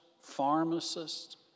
pharmacists